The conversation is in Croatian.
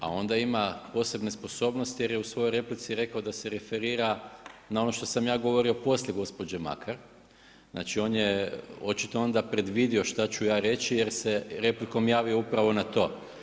A onda ima posebne sposobnosti, jer je u svojoj replici rekao, da se referira na ono što sam ja govorio poslije gospođe Makar, znači on je očito onda predvidio što ću ja reći, jer se replikom javio upravo na to.